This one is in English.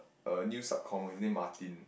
uh new sub comm ah his name Martin